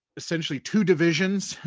essentially, two divisions,